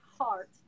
heart